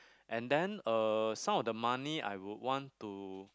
and then uh some of the money I would want to